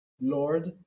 Lord